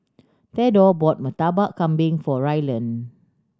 Thedore bought Murtabak Kambing for Rylan